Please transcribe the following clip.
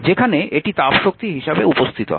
যেখানে এটি তাপশক্তি হিসাবে উপস্থিত হয়